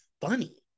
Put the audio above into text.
funny